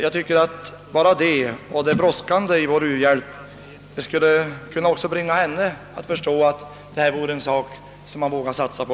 Jag tycker att det brådskande i vår u-hjälp skulle kunna bringa henne att förstå att detta är en sak som man vågar satsa på.